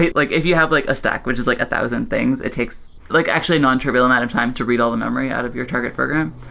like if you have like a stack, which is like a thousand things, it takes like actually non-trivial amount of time to read all the memory out of your target program.